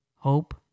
hope